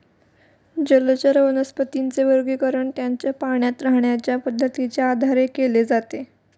जलचर वनस्पतींचे वर्गीकरण त्यांच्या पाण्यात राहण्याच्या पद्धतीच्या आधारे केले जाते